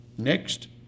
Next